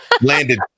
Landed